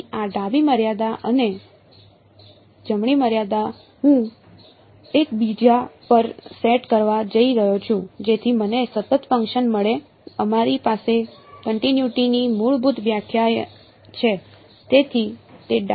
તેથી આ ડાબી મર્યાદા અને જમણી મર્યાદા હું એકબીજા પર સેટ કરવા જઈ રહ્યો છું જેથી મને સતત ફંકશન મળે અમારી પાસે કન્ટિનયુટી ની મૂળભૂત વ્યાખ્યા છે